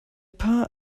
paar